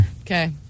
Okay